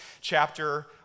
chapter